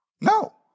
No